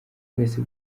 bwahise